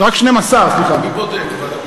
מי בודק?